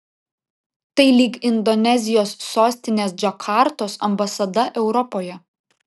tai lyg indonezijos sostinės džakartos ambasada europoje